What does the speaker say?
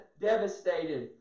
devastated